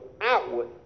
outward